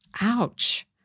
Ouch